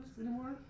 anymore